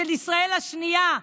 של ישראל השנייה,